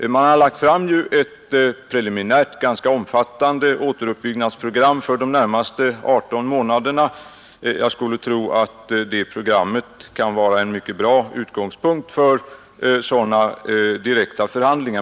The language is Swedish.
Det har i Dacca lagts fram ett preliminärt, ganska omfattande återuppbyggnadsprogram för de närmaste 18 månaderna, och jag skulle tro att det programmet kan vara en mycket bra utgångspunkt för sådana direkta förhandlingar.